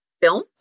film